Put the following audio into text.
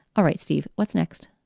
all right, steve, what's next?